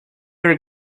are